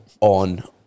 on